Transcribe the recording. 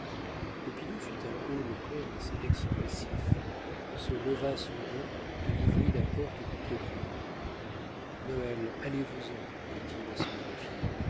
fit un haut-le-corps assez expressif se leva soudain et ouvrit la porte du cabinet noël allez-vous-en dit-il à son greffier